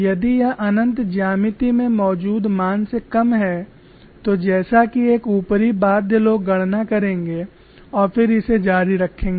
यदि यह अनंत ज्यामिति में मौजूद मान से कम है तो जैसा कि एक ऊपरी बाध्य लोग गणना करेंगे और फिर इसे जारी रखेंगे